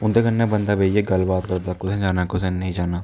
उं'दे कन्नै बंदा बेहियै गल्ल बात करदा कु'त्थें जाना कु'त्थें नेईं जाना